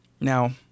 Now